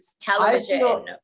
television